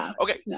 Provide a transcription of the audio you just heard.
okay